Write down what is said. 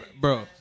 bro